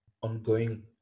ongoing